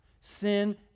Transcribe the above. sin